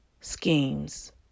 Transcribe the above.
schemes